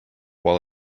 while